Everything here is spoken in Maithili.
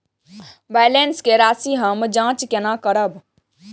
बैलेंस के राशि हम जाँच केना करब?